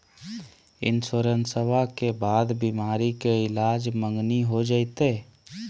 इंसोरेंसबा के बाद बीमारी के ईलाज मांगनी हो जयते?